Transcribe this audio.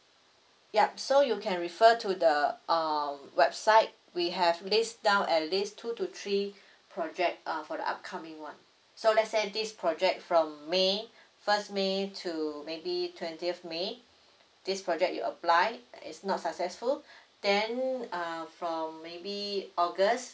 yup so you can refer to the err website we have list down at least two to three project uh for the upcoming one so let's say this project from may first may to maybe twentieth may this project you apply it's not successful then uh from maybe august